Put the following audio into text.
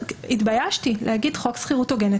התביישתי להגיד "חוק שכירות הוגנת".